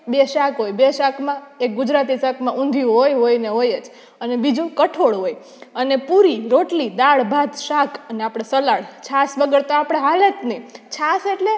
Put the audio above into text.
બે શાક હોય બે શાકમાં એક ગુજરાત શાકમાં ઊંધિયું હોય હોય ને હોય જ અને બીજું કઠોળ હોય અને પૂરી રોટલી દાળભાત શાક અને આપણે સલાડ છાશ વગર તો આપણે ચાલે જ નહીં છાશ એટલે